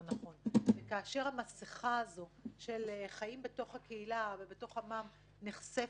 וכאשר המסכה הזו של חיים בתוך הקהילה ובתוך עמם נחשפת.